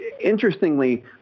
interestingly